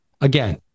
Again